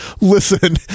listen